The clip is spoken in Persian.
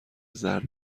زرد